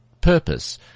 purpose